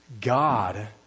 God